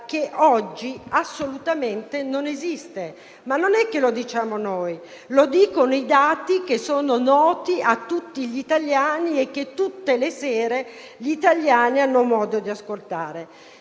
che oggi assolutamente non esiste (non lo diciamo noi, lo dicono i dati che sono noti a tutti gli italiani e che tutte le sere hanno modo di ascoltare),